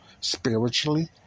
spiritually